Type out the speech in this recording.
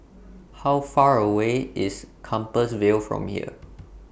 How Far away IS Compassvale from here